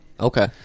okay